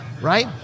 right